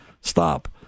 Stop